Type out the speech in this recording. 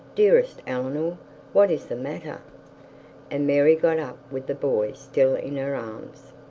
dearest eleanor what is the matter and mary got up with the boy still in her arms.